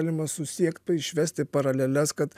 galima susiekt pa išvesti paraleles kad